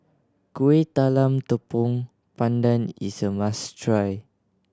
Kuih Talam Tepong Pandan is a must try